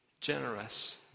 generous